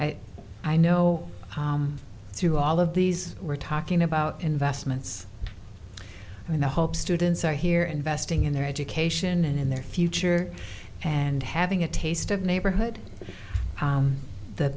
i know through all of these we're talking about investments in the hope students are here investing in their education and in their future and having a taste of neighborhood